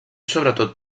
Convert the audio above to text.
sobretot